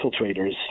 infiltrators